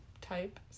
type